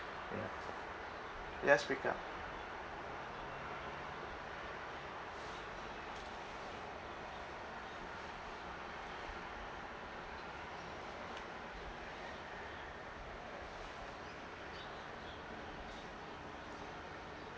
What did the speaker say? ya ya speak up